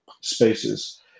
spaces